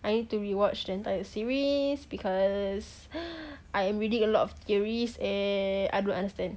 I need to rewatch the entire series because I am reading a lot of theories eh I don't understand